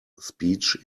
speech